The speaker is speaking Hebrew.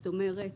זאת אומרת,